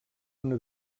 una